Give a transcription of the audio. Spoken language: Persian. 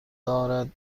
دارد